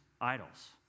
idols